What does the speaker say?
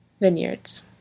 Vineyards